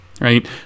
right